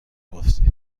گفتی